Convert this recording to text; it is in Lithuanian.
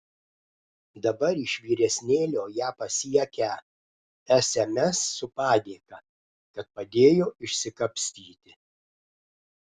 dabar iš vyresnėlio ją pasiekią sms su padėka kad padėjo išsikapstyti